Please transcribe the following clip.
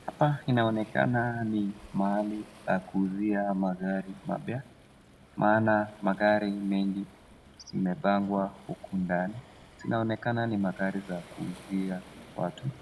hapa inaonekana ni mahali pa kuuzia magari mapya, maana magari mengi zimepangwa huku ndani. Zinaonekana ni magari za kuuzia watu.